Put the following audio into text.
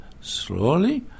slowly